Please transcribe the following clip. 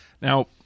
Now